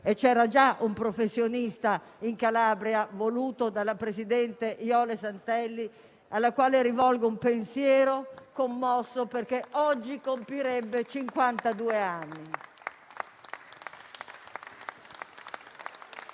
c'era già un professionista, voluto dalla presidente Jole Santelli, alla quale rivolgo un pensiero commosso, perché oggi compirebbe